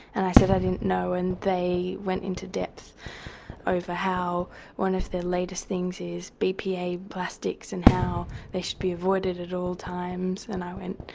and i said i didn't know, and they went into depth over how one of their latest things is bpa plastics and how they should be avoided at all times, and i went,